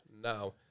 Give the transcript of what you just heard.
now